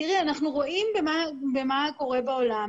אנחנו רואים מה קורה בעולם.